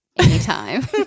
anytime